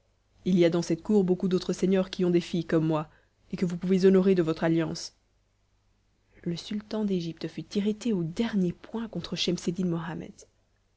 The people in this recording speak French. il y a dans cette cour beaucoup d'autres seigneurs qui ont des filles comme moi et que vous pouvez honorer de votre alliance le sultan d'égypte fut irrité au dernier point contre schemseddin mohammed